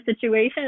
situation